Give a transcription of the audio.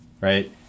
Right